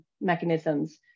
mechanisms